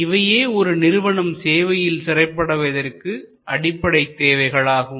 இவையே ஒரு நிறுவனம் சேவையில் சிறப்புஅடைவதற்கு அடிப்படைத் தேவைகள் ஆகும்